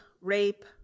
rape